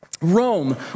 Rome